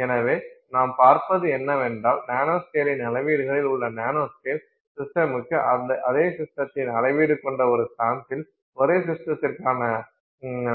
எனவே நாம் பார்ப்பது என்னவென்றால் நானோஸ்கேலின் அளவிடுகளில் உள்ள நானோஸ்கேல் சிஸ்டமுக்கு அதே சிஸ்டத்தின் அளவீடு கொண்ட ஒரு சாம்பிள் ஒரே சிஸ்டத்திற்கான